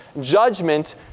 judgment